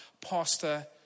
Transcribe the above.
pastor